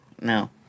no